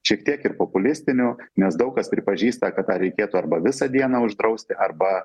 šiek tiek ir populistinių nes daug kas pripažįsta kad tą reikėtų arba visą dieną uždrausti arba